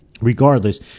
Regardless